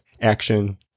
action